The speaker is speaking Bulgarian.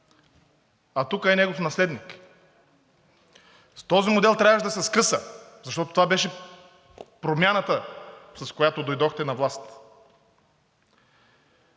А тук е негов наследник. С този модел трябваше да се скъса, защото това беше промяната, с която дойдохте на власт.